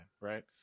right